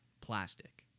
plastic